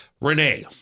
Renee